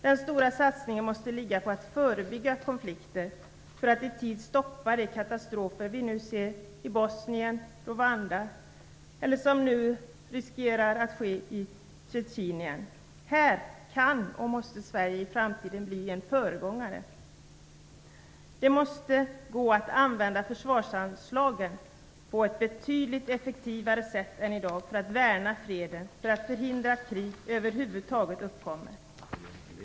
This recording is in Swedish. Den stora satsningen måste ligga på att förebygga konflikter för att man i tid skall kunna stoppa de katastrofer vi nu ser i Bosnien och Rwanda eller som nu riskerar att ske i Tjetjenien. Här kan och måste Sverige i framtiden bli en föregångare. Det måste gå att använda försvarsanslagen på ett betydligt effektivare sätt än i dag för att värna freden, för att förhindra att krig över huvud taget uppkommer.